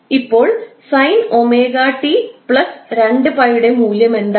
ഇപ്പോൾ sin 𝜔𝑡 2𝜋 യുടെ മൂല്യം എന്താണ്